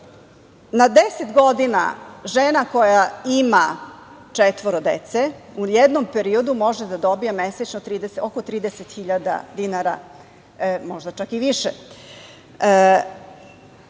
Na deset godina žena koja ima četvoro dece u jednom periodu može da dobije oko 30.000 dinara, možda čak i više. Ono